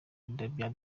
bya